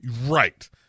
right